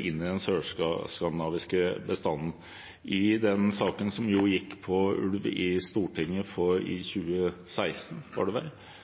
inn i den sørskandinaviske bestanden. I den saken som gikk på ulv i Stortinget i 2016, var det vel,